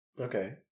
Okay